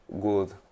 good